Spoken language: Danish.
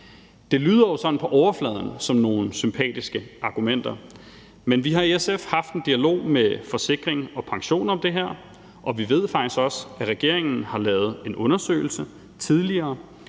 det lyder jo sådan på overfladen som nogle sympatiske argumenter. Men vi har i SF haft en dialog med Forsikring & Pension om det her, og vi ved faktisk også, at regeringen tidligere har lavet en undersøgelse,